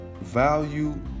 value